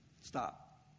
Stop